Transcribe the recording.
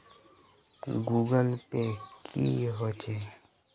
Google पै की होचे?